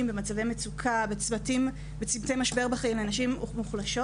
במצבי מצוקה ובצומתי משבר בחיים לנשים מוחלשות